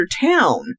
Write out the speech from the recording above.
town